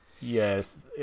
Yes